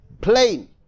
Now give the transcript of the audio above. plain